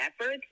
effort